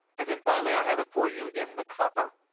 and then finally i have it for you in the copper.